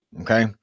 okay